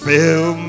Fill